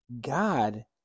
God